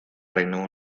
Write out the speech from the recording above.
reino